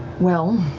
well,